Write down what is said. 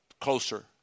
closer